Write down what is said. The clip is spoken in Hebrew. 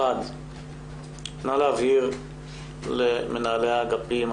1) נא להבהיר למנהלי האגפים,